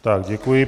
Tak děkuji.